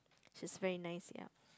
she's very nice yup